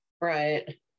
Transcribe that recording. right